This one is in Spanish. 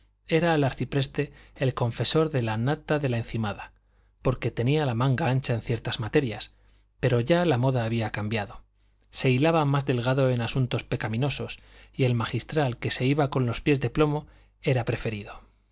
era el arcipreste el confesor de la nata de la encimada porque tenía la manga ancha en ciertas materias pero ya la moda había cambiado se hilaba más delgado en asuntos pecaminosos y el magistral que se iba con pies de plomo era preferido